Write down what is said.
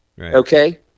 okay